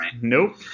Nope